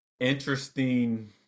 interesting